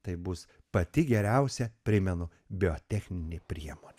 tai bus pati geriausia primenu biotechninė priemonė